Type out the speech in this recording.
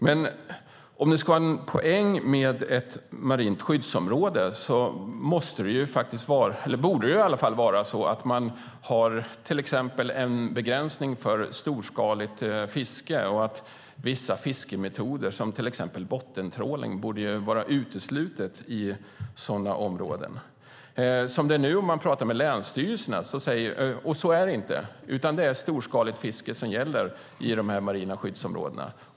Men om det ska vara en poäng med ett marint skyddsområde borde det vara så att man till exempel har en begränsning för storskaligt fiske och att vissa fiskemetoder, till exempel bottentrålning, borde vara uteslutna i sådana områden. Men så är det inte, utan det är storskaligt fiske som gäller i dessa marina skyddsområden.